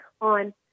on